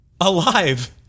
Alive